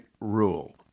rule